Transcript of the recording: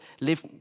live